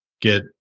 get